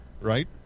Right